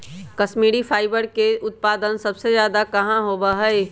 Kashmiri fibre के उत्पादन सबसे ज्यादा कहाँ होबा हई?